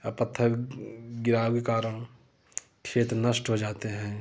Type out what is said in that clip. या पत्थर गिराव के कारण खेत नष्ट हो जाते हैं